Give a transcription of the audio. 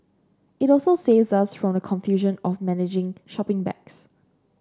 it also saves us from the confusion of managing shopping bags